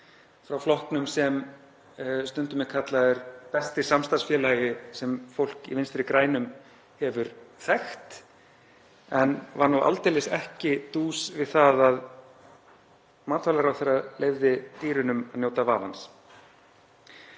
frá flokknum sem stundum er kallaður besti samstarfsfélagi sem fólk í Vinstri grænum hefur þekkt en var nú aldeilis ekki dús við það að matvælaráðherra leyfði dýrunum njóta vafans.